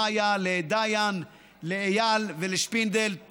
למאיה, לדיין, לאייל ולשפינדל.